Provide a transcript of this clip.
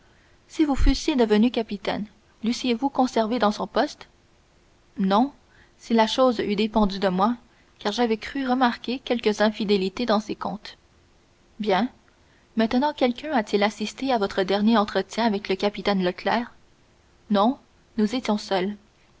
si vous fussiez devenu capitaine leussiez vous conservé dans son poste non si la chose eût dépendu de moi car j'avais cru remarquer quelques infidélités dans ses comptes bien maintenant quelqu'un a-t-il assisté à votre dernier entretien avec le capitaine leclère non nous étions seuls